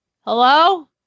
Hello